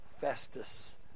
Festus